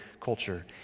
culture